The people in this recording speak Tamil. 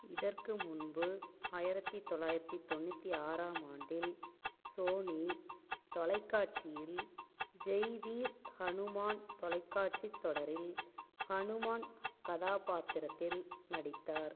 இதற்கு முன்பு ஆயிரத்தி தொள்ளாயிரத்தி தொண்ணூத்தி ஆறாம் ஆண்டில் சோனி தொலைக்காட்சியில் ஜெய் வீர் ஹனுமான் தொலைக்காட்சித் தொடரில் ஹனுமான் கதாபாத்திரத்தில் நடித்தார்